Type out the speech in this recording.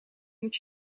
moet